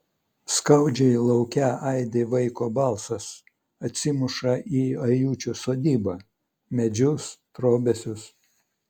skaudžiai lauke aidi vaiko balsas atsimuša į ajučio sodybą medžius trobesius